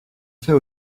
fait